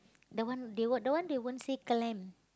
the one they won't the one they won't say clam